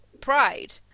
Pride